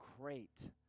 great